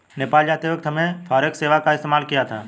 नेपाल जाते वक्त हमने फॉरेक्स सेवा का इस्तेमाल किया था